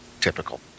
Typical